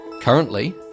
Currently